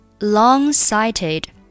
long-sighted